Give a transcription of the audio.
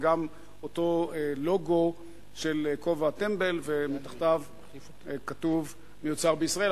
וגם אותו לוגו של כובע טמבל שמתחתיו כתוב "מיוצר בישראל",